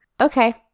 Okay